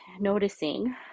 noticing